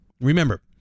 Remember